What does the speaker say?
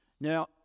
Now